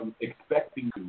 expecting